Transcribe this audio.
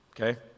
Okay